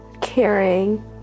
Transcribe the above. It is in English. caring